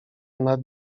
nad